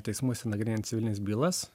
teismuose nagrinėjant civilines bylas